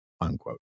unquote